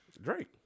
Drake